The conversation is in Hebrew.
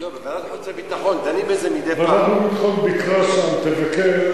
ועדת החוץ והביטחון ביקרה שם, תבקר.